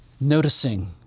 noticing